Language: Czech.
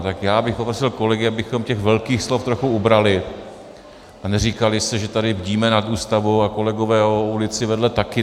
Tak já bych poprosil kolegy, abychom těch velkých slov trochu ubrali a neříkali si, že tady bdíme nad Ústavou a kolegové o ulici vedle taky.